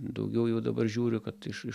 daugiau jau dabar žiūriu kad iš iš